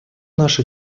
наша